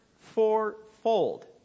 fourfold